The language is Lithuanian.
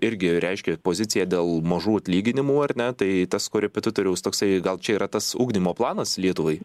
irgi reiškia poziciją dėl mažų atlyginimų ar ne tai tas korepetitoriaus toksai gal čia yra tas ugdymo planas lietuvai